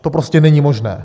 To prostě není možné.